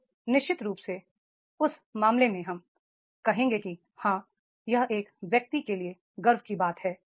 फिर निश्चित रूप से उस मामले में हम कहेंगे कि हाँ यह एक व्यक्ति के लिए गर्व की बात है